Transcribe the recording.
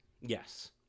yes